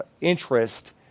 interest